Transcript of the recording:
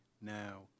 now